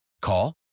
Call